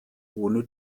ohne